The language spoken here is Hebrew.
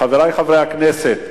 חברי חברי הכנסת,